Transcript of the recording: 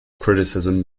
criticism